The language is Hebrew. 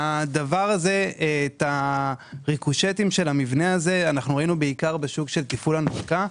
ראינו את הריקושטים מהמבנה הזה בעיקר בשוק של תפעול הנפקה.